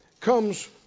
comes